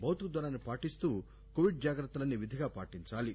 భౌతిక దూరాన్ని పాటిస్తూ కోవిడ్ జాగ్రత్తలన్నీ విధిగా పాటించాలి